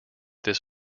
this